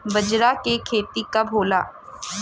बजरा के खेती कब होला?